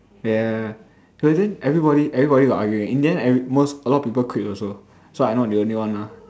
ya but then everybody everybody were arguing in the end every~ most a lot people quit also so I not the only one lah